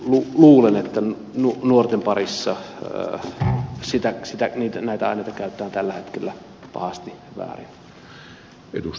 luulen että nuorten parissa näitä aineita käytetään tällä hetkellä pahasti väärin